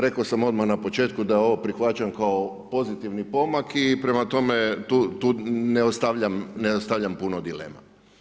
Rekao sam odmah na početku da ovo prihvaćam kao pozitivni pomak i prema tome tu ne ostavljam puno dilema.